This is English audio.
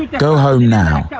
go home now.